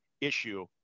issue